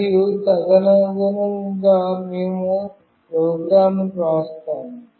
మరియు తదనుగుణంగా మేము ప్రోగ్రామ్ వ్రాస్తాము